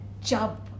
jump